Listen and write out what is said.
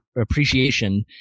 appreciation